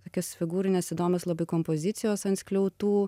tokios figūrinės įdomios labai kompozicijos ant skliautų